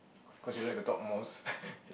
cause you like to talk most